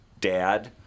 Dad